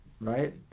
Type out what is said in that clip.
right